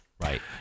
right